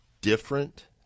different